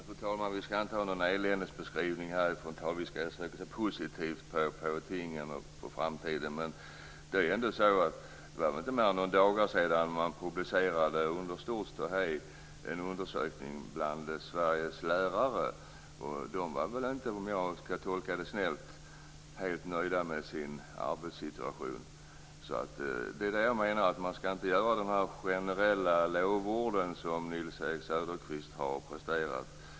Fru talman! Vi skall inte ha någon eländesbeskrivning här i talarstolen. Vi skall försöka att se positivt på tingen och på framtiden. Men det är ändå så att det inte var mer än några dagar sedan man under stort ståhej publicerade en undersökning som gjorts bland Sveriges lärare. De var väl inte - om jag skall tolka det snällt - helt nöjda med sin arbetssituation. Det är därför jag menar att man inte skall hålla på med de generella lovord som Nils-Erik Söderqvist har presterat.